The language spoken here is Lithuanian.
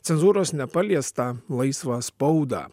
cenzūros nepaliestą laisvą spaudą